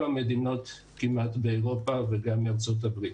כל המדינות באירופה וגם בארצות הברית.